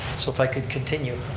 so if i could continue.